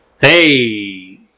Hey